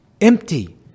empty